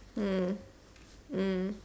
mm mm